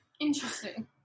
Interesting